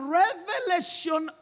revelation